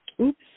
Oops